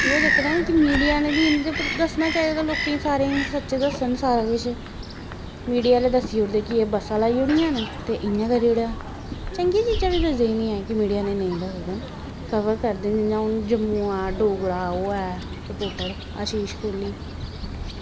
एह् चक्कर ऐ कि मीडिया आह्लें गी इंदे पर दस्सनां चाहिदा लोकें सारें ई सच्च दस्सन सारा किश मीडिया आह्ले दस्सी ओड़दे कि एह् बस्सां लाई ओड़ियां न ते इ'यां करी ओड़ेआ चंगियां चीज़ां बी दसदे निं ऐं कि मीडिया आह्ले निं दसदे न कवर करदे न हून जि'यां हून जम्मू दा डोगरा ओह् ऐ रिपोर्टर अशीष कोहली